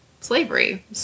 slavery